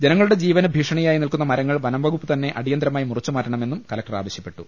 ജനങ്ങളുടെ ജീവന് ഭീഷണിയായി നിൽക്കുന്ന മരങ്ങൾ വനംവകുപ്പ് തന്നെ അടിയന്തിരമായി മുറിച്ച് മാറ്റണമെന്നും കലക്ടർ ആവശ്യപ്പെ ട്ടു